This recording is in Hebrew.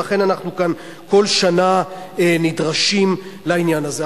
ולכן אנחנו כאן כל שנה נדרשים לעניין הזה.